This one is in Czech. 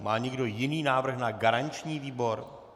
Má někdo jiný návrh na garanční výbor?